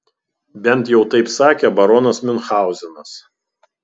bent jau taip sakė baronas miunchauzenas